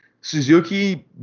Suzuki